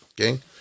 okay